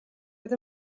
with